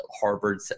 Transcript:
Harvard